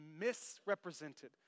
misrepresented